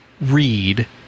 read